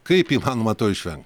kaip įmanoma to išven